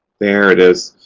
there it is.